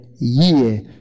year